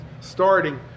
starting